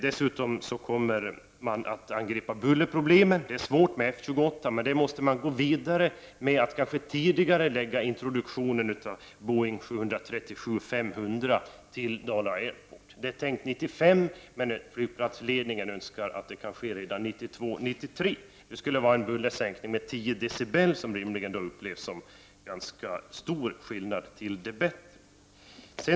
Dessutom kommer man att angripa bullerproblemet. Det är svårt när det gäller F 28, men där kommer man att gå vidare och kanske tidigarelägger introduktionen av Boeing 737 500. Den är tänkt till 1995, men flygbolagets ledning önskar att detta kan ske redan 1992 eller 1993. Det skulle innebära en bullersänkning med 10 decibel, som rimligen upplevs som en ganska stor skillnad till det bättre.